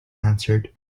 answered